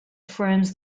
forms